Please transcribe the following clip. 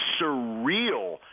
surreal